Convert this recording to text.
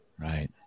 right